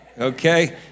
Okay